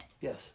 Yes